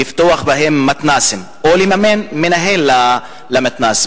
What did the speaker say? כדי לפתוח בהם מתנ"סים או לממן מנהל למתנ"ס,